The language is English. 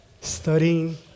studying